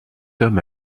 homme